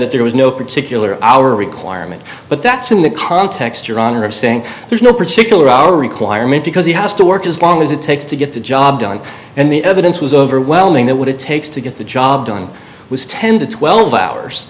that there was no particular hour requirement but that's in the context your honor of saying there's no particular hour requirement because he has to work as long as it takes to get the job done and the evidence was overwhelming that what it takes to get the job done was ten to twelve hours